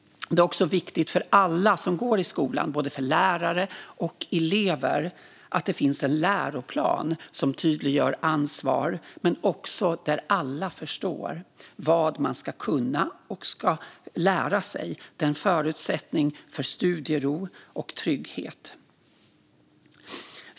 Det är också viktigt för alla i skolan, både lärare och elever, att det finns en läroplan som tydliggör ansvar och också att alla förstår vad man ska kunna och lära sig. Det är en förutsättning för studiero och trygghet.